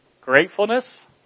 Gratefulness